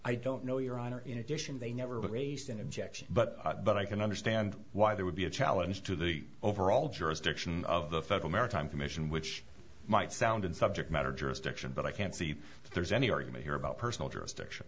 i don't know your honor in addition they never raised an objection but but i can understand why there would be a challenge to the overall jurisdiction of the federal maritime commission which might sound and subject matter jurisdiction but i can't see that there's any argument here about personal jurisdiction